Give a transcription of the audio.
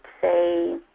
say